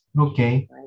Okay